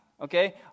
okay